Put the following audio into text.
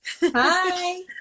Hi